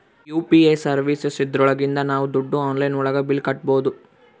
UPI services ಇದ್ರೊಳಗಿಂದ ನಾವ್ ದುಡ್ಡು ಆನ್ಲೈನ್ ಒಳಗ ಬಿಲ್ ಕಟ್ಬೋದೂ